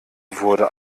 wurde